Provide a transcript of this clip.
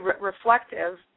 reflective